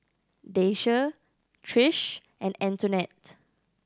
Daisye Trish and Antonette